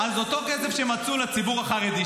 אז אותו כסף שמצאו לציבור החרדי,